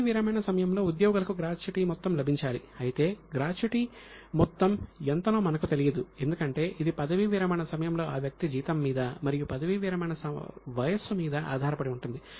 పదవీ విరమణ సమయంలో ఉద్యోగులకు గ్రాట్యుటీ మొత్తం లభించాలి అయితే గ్రాట్యుటీ మొత్తం ఎంతనో మనకు తెలియదు ఎందుకంటే ఇది పదవీ విరమణ సమయంలో ఆ వ్యక్తి జీతం మీద మరియు పదవీ విరమణ వయస్సు మీద ఆధారపడి ఉంటుంది